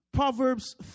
Proverbs